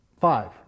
Five